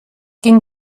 ging